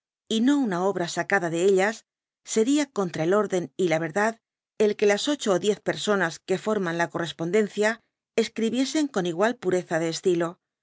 y na una obra sacada de ellas y seria contra el urden y la verdad el que las ocho ó diez personas que forman la correspondencia yosciibiesen con igual pmseza de estilo